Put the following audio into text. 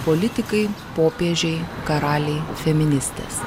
politikai popiežiai karaliai feministės